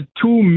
two